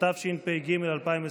התשפ"ג 2023,